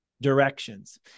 directions